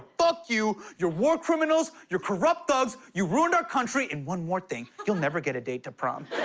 fuck you, you're war criminals, you're corrupt thugs. you ruined our country and one more thing, you'll never get a date to prom.